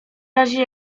razie